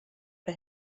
for